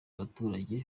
umuturage